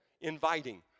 inviting